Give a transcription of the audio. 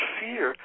fear